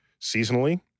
seasonally